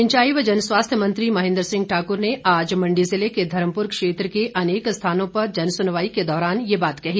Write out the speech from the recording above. सिंचाई व जनस्वास्थ्य मंत्री महेंद्र सिंह ठाकूर ने आज मंडी जिले के धर्मपुर क्षेत्र के अनेक स्थानों पर जनसुनवाई के दौरान ये बात कही